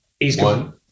one